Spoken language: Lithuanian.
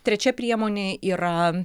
trečia priemonė yra